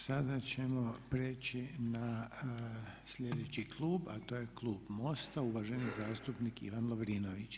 Sada ćemo prijeći na sljedeći klub a to je klub MOST-a, uvaženi zastupnik Ivan Lovrinović.